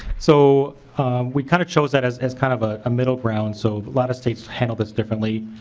so we kind of chose that as as kind of ah a middle ground so a lot of states handle this differently.